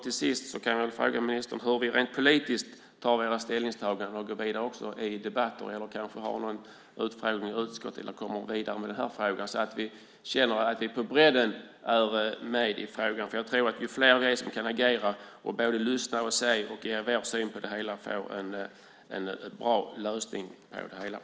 Till sist kan jag väl fråga ministern hur ni rent politiskt gör era ställningstaganden och går vidare i debatter, kanske har någon utfrågning i utskottet eller kommer att gå vidare med den här frågan så att vi känner att vi är med på bredden. Jag tror att ju fler vi är som kan agera, lyssna, se och ge vår syn på det hela, desto troligare att vi får en bra lösning.